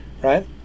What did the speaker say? right